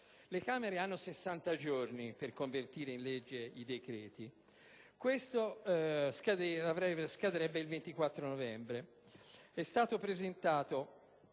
le Camere hanno 60 giorni per convertire in legge il decreto, che pertanto scade il 24 novembre.